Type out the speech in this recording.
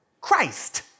Christ